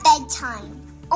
bedtime